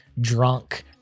drunk